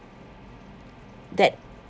that